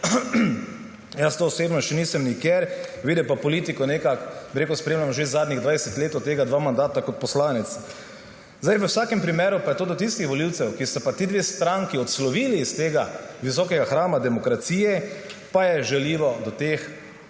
Jaz osebno tega še nisem nikjer videl, pa politiko nekako spremljam že zadnjih 20 let, od tega dva mandata kot poslanec. V vsakem primeru je pa to do tistih volivcev, ki so pa ti dve stranki odslovili iz tega visokega hrama demokracije, žaljivo. Dr.